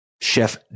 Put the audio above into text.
Chef